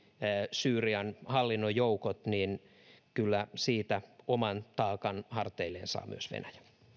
syyrian hallinnon joukot niin kyllä siitä oman taakan harteilleen saa myös venäjä